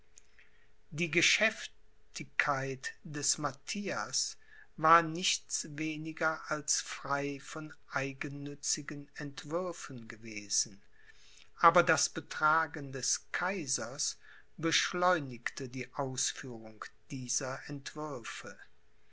die geschäftigkeit des matthias war nichts weniger als frei von eigennützigen entwürfen gewesen aber das betragen des kaisers beschleunigte die ausführung dieser entwürfe